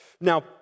Now